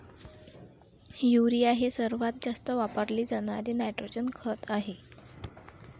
urea हे सर्वात जास्त वापरले जाणारे नायट्रोजन खत आहे